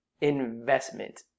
investment